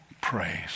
praise